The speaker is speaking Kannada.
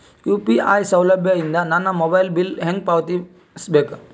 ಯು.ಪಿ.ಐ ಸೌಲಭ್ಯ ಇಂದ ನನ್ನ ಮೊಬೈಲ್ ಬಿಲ್ ಹೆಂಗ್ ಪಾವತಿಸ ಬೇಕು?